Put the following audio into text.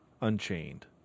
Unchained